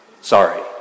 Sorry